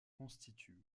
constitue